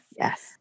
yes